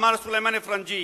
אמר סולימאן א-פרנג'יה,